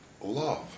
love